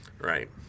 Right